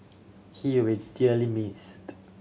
he will dearly missed